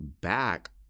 back